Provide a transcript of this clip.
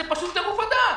שזה פשוט טירוף הדעת.